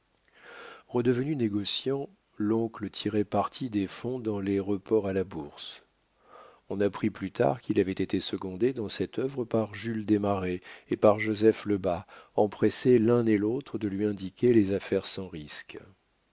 redevenu négociant l'oncle tirait parti des fonds dans les reports à la bourse on apprit plus tard qu'il avait été secondé dans cette œuvre par jules desmarets et par joseph lebas empressés l'un et l'autre de lui indiquer les affaires sans risques